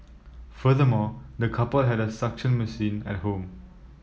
furthermore the couple had a suction machine at home